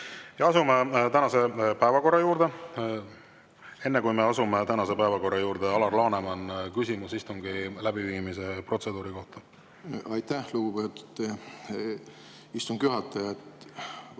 Asume tänase päevakorra juurde. Enne, kui me asume tänase päevakorra juurde, Alar Laneman, küsimus istungi läbiviimise protseduuri kohta. Aitäh, lugupeetud istungi juhataja!